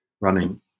running